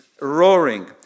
roaring